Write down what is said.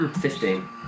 fifteen